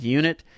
unit